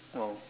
!wow!